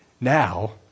Now